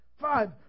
Five